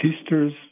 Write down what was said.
sisters